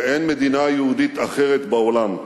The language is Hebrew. ואין מדינה יהודית אחרת בעולם.